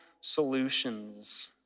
solutions